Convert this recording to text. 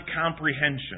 comprehension